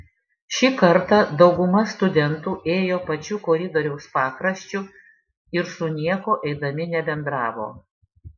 šį kartą dauguma studentų ėjo pačiu koridoriaus pakraščiu ir su niekuo eidami nebendravo